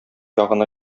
ягына